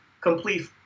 complete